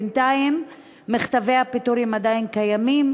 בינתיים מכתבי הפיטורים עדיין קיימים,